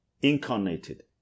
incarnated